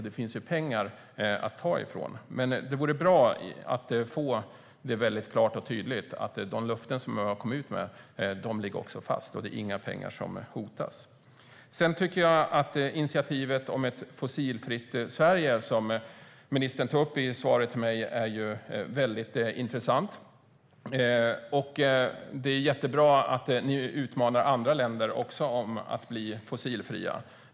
Det finns alltså pengar att ta från. Men det vore bra att få det väldigt klart och tydligt att de löften som vi avgivit ligger fast och att inga pengar hotas. Initiativet om ett fossilfritt Sverige, som ministern tar upp i svaret till mig, är väldigt intressant. Det är jättebra att ni utmanar andra länder att bli fossilfria.